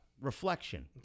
Reflection